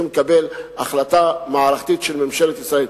לקבל החלטה מערכתית של ממשלת ישראל.